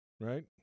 right